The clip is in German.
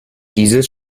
dieses